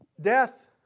Death